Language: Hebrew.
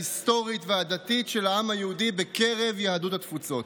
ההיסטורית והדתית של העם היהודי בקרב יהדות התפוצות.